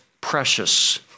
precious